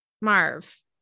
Marv